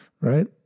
Right